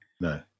No